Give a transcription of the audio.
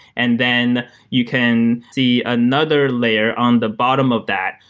and then you can see another layer on the bottom of that,